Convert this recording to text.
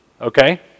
Okay